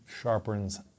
sharpens